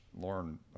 Lauren